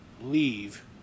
leave